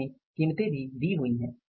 अंत में कीमतें भी दी हुई हैं